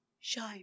shine